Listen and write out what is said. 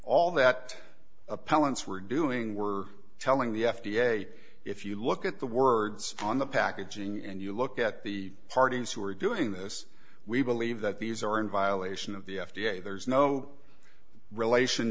all that appellant's were doing were telling the f d a if you look at the words on the packaging and you look at the parties who are doing this we believe that these are in violation of the f d a there's no relation